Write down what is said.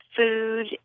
food